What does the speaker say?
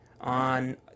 on